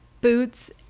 boots